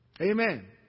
Amen